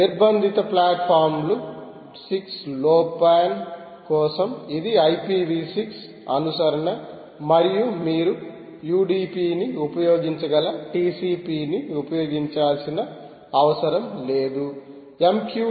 నిర్బంధిత ప్లాట్ఫాంలు 6 లోపాన్ కోసం ఇది IPV 6 అనుసరణ మరియు మీరు UDP ని ఉపయోగించగల TCP ని ఉపయోగించాల్సిన అవసరం లేదు